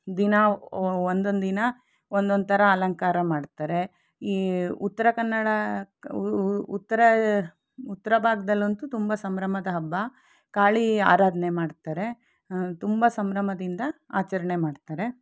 ದಿನ ಒಂದೊಂದು ದಿನ ಒಂದೊಂದು ಥರ ಅಲಂಕಾರ ಮಾಡ್ತಾರೆ ಈ ಉತ್ತರ ಕನ್ನಡ ಉತ್ತರ ಉತ್ತರ ಭಾಗದಲ್ಲಂತೂ ತುಂಬ ಸಂಭ್ರಮದ ಹಬ್ಬ ಕಾಳಿ ಆರಾಧನೆ ಮಾಡ್ತಾರೆ ತುಂಬ ಸಂಭ್ರಮದಿಂದ ಆಚರಣೆ ಮಾಡ್ತಾರೆ